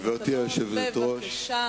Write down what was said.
היושבת-ראש,